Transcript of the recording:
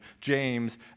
James